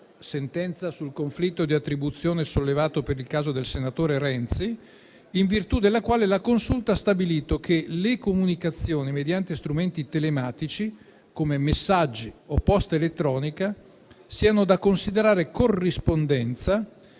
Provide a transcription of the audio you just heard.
del 2023 sul conflitto di attribuzione sollevato per il caso del senatore Renzi. In virtù di tale sentenza, la Consulta ha stabilito che le comunicazioni mediante strumenti telematici come messaggi o posta elettronica siano da considerare corrispondenza